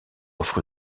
offre